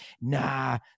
nah